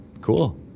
Cool